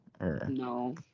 No